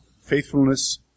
faithfulness